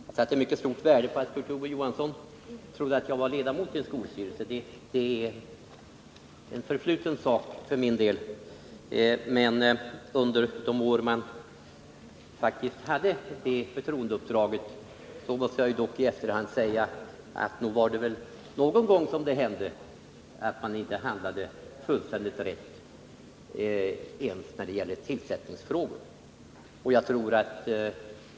Jag sätter mycket stort värde på att Kurt Ove Johansson trodde att jag är ledamot i en skolstyrelse. Det är en förfluten sak för min del, men jag måste så här i efterhand säga att nog hände det väl någon gång att vi inte handlade fullständigt rätt när det gällde tillsättningsfrågor.